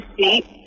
seat